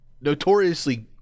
notoriously